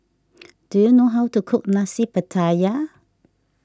do you know how to cook Nasi Pattaya